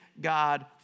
God